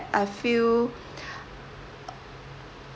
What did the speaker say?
I feel